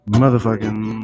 motherfucking